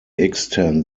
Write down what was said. extant